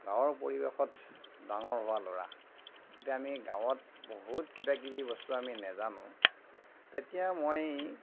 গাঁৱৰ পৰিৱেশত ডাঙৰ হোৱা ল'ৰা এতিয়া আমি গাঁৱত বহুত কিবা কিবি বস্তু আমি নাজানো তেতিয়া মই